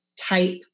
type